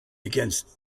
against